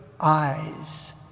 eyes